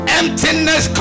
emptiness